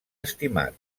estimat